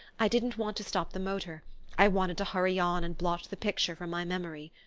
i didn't want to stop the motor i wanted to hurry on and blot the picture from my memory!